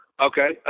Okay